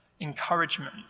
encouragement